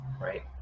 right